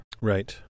Right